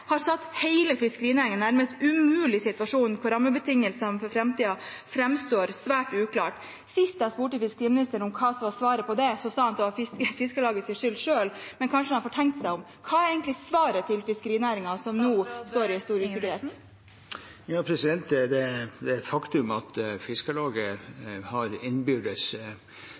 har satt hele fiskerinæringen i en nærmest umulig situasjon, fordi rammebetingelsene for framtiden framstår svært uklare. Sist jeg spurte fiskeriministeren om hva som var svaret på det, sa han at det var Fiskarlagets egen skyld. Når han har fått tenkt seg om: Hva er egentlig svaret til fiskerinæringen, som nå opplever stor usikkerhet? Det er et faktum at Fiskarlaget har innbyrdes